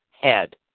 head